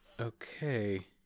Okay